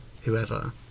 whoever